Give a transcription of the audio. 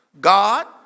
God